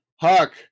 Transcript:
Huck